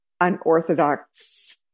unorthodox